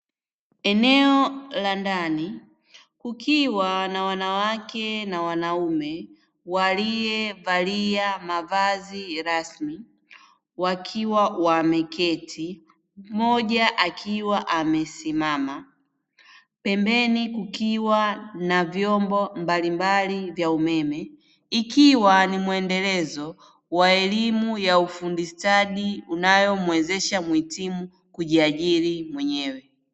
Eneo la ndani kukiwa na wanawake na wanaume waliovalia mavazi rasmi wakiwa wameketi, mmoja akiwa amesimama pembeni kukiwa na vyombo mbalimbali vya umeme, ikiwa ni mwendelezo wa elimu ya ufundishaji unayomwezesha mwitimu kujiajiri mwenyewe.